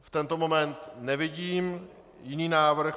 V tento moment nevidím jiný návrh.